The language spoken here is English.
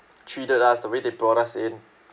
treated us the way they brought us in